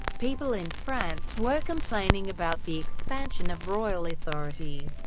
people in france were complaining about the expansion of royal authority,